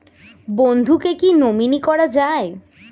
বন্ধুকে কী নমিনি করা যায়?